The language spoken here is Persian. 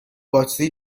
باتری